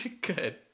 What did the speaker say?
Good